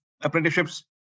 apprenticeships